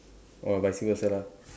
or vice versa lah